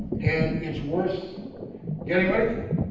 and it's worth getting ready for.